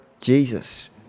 Jesus